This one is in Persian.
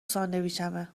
ساندویچمه